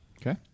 Okay